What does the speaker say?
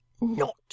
not